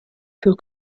für